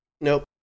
Nope